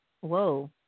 whoa